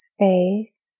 Space